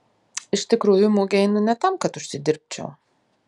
iš tikrųjų į mugę einu ne tam kad užsidirbčiau